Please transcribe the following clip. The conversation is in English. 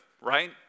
Right